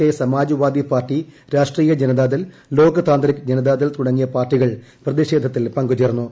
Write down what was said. K Samajwadi Party Rashtriya Janata Dal Loktantrik Janata Dal തുടങ്ങിയ പാർട്ടികൾ പ്രതിഷേധത്തിൽ പങ്കുചേർന്നു